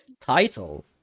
title